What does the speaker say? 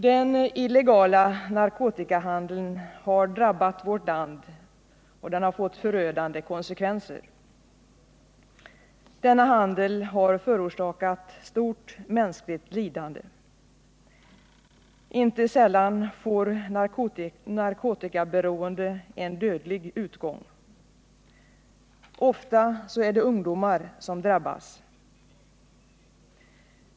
Den illegala narkotikahandeln har drabbat vårt land, och den har fått förödande konsekvenser. Denna handel har förorsakat stort mänskligt lidande. Inte sällan får narkotikaberoende en dödlig utgång. Ofta är det ungdomar som drabbas.